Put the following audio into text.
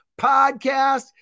podcast